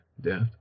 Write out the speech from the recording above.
Death